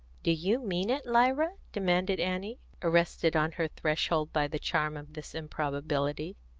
do you mean it, lyra? demanded annie, arrested on her threshold by the charm of this improbability.